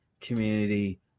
community